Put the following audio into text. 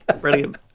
Brilliant